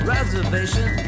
Reservation